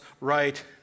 right